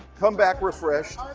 come back refreshed.